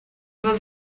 was